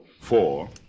Four